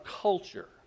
culture